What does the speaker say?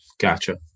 Gotcha